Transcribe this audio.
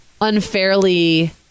unfairly